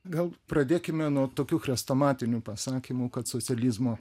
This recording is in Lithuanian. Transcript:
gal pradėkime nuo tokių chrestomatinių pasakymų kad socializmo